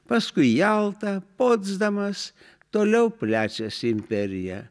paskui jalta potsdamas toliau plečiasi imperija